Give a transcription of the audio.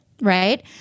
Right